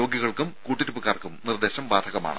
രോഗികൾക്കും കൂട്ടിരിപ്പുകാർക്കും നിർദേശം ബാധകമാണ്